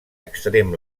extrem